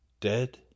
Dead